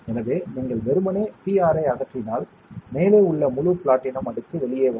எனவே நீங்கள் வெறுமனே PR ஐ அகற்றினால் மேலே உள்ள முழு பிளாட்டினம் அடுக்கு வெளியே வரும்